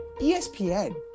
ESPN